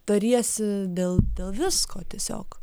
tariesi dėl visko tiesiog